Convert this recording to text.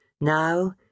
Now